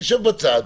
אשב בצד,